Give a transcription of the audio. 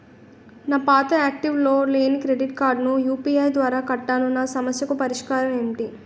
నా పాత యాక్టివ్ లో లేని క్రెడిట్ కార్డుకు యు.పి.ఐ ద్వారా కట్టాను నా సమస్యకు పరిష్కారం ఎంటి?